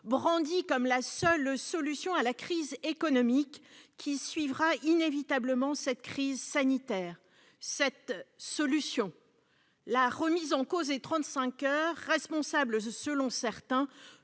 brandie comme la seule solution à la crise économique qui suivra inévitablement cette crise sanitaire. Cette solution est la remise en cause des 35 heures, responsables, selon certains,